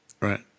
Right